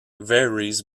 varies